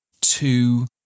two